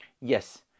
Yes